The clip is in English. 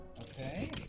Okay